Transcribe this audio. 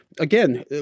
Again